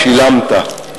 שילמת.